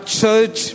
church